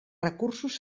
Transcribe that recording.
recursos